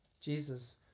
Jesus